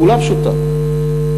פעולה פשוטה,